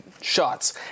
shots